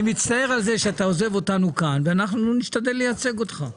אני מצטער על זה שאתה עוזב אותנו כאן ואנחנו נשתדל לייצג אותך.